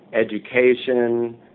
education